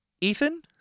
Ethan